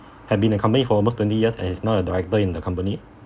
had been in a company for almost twenty years and is now a director in the company